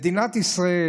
מדינת ישראל,